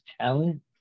talent